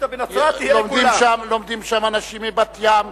לומדים שם אנשים מבת-ים,